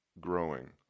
growing